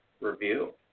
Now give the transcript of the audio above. review